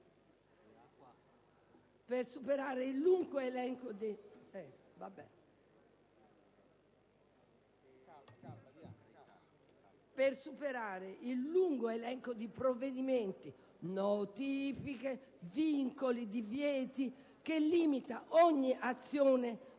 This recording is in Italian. e superare il lungo elenco di provvedimenti (notifiche, vincoli, divieti) che limita ogni azione della